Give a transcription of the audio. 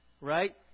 right